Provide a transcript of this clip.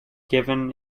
given